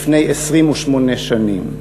לפני 28 שנים.